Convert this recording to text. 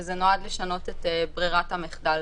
זה נועד לשנות את ברירת המחדל.